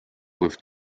with